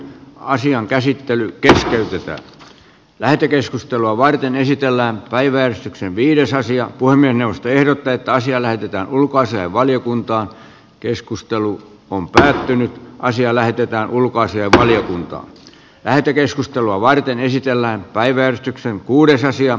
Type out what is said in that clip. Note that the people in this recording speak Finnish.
asian käsittely keskeytetään lähetekeskustelua varten esitellään päivä viides asia voi mennä ehdottaa että asia näytetään ulkoasiainvaliokunta keskustelu on pysähtynyt naisia lähetetään ulkoasiainvaliokunta lähetekeskustelua varten esitellään päivystyksen kuudes asian